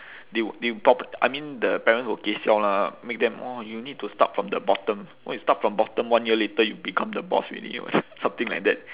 they would they pro~ I mean the parents will gei siao lah make them orh you need to start from the bottom !wah! you start from bottom one year later you become the boss already [what] something like that